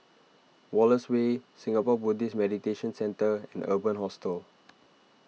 Wallace Way Singapore Buddhist Meditation Centre and Urban Hostel